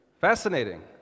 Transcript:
Fascinating